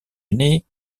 unis